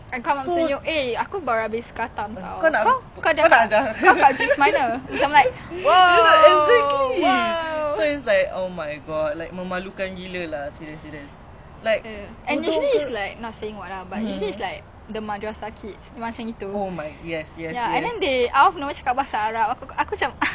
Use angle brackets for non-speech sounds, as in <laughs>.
eh I don't know cakap bahasa arab aku macam <laughs> okay thanks <laughs> oh my god ya oh my god ya is it like sometimes aku like just fikir and talk about these stuffs